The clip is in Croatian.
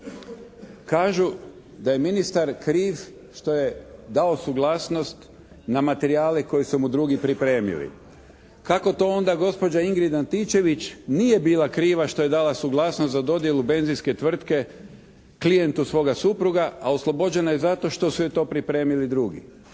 Kažu da je ministar kriv što je dao suglasnost na materijale koje su mu drugi pripremili. Kako to onda gospođa Ingrid Antičević nije bila kriva što je dala suglasnost za dodjelu benzinske tvrtke klijentu svoga supruga, a oslobođena je zato što su joj to pripremili drugi.